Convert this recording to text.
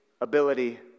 ability